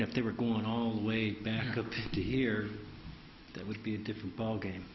if they were going all the way back up to here that would be a different ballgame